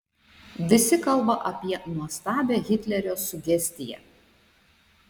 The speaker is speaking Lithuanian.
visi kalba apie nuostabią hitlerio sugestiją